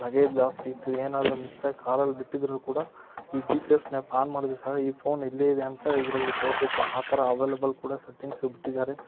luggage ಜಾಸ್ತಿ ಇತ್ತು ಏನಾದರೂ ಮಿಸ್ ಆಗಿ ಕಾರಲ್ಲಿ ಬಿಟ್ಟಿದ್ದರೂ ಕೂಡ ಈ G P S map on ಮಾಡಿದ್ರೆ ಸಹ ಈ ಪೋನ್ ಇಲ್ಲೇ ಇದೆ ಅಂತ ಇದರಲ್ಲಿ ತೋರಿಸುತ್ತೆ ಆ ಥರ ಅವೇಲೇಬಲ್ ಕೂಡ ಸಟ್ಟಿಂಗ್ಸು ಬಿಟ್ಟಿದ್ದಾರೆ